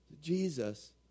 Jesus